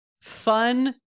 fun